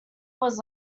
was